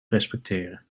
respecteren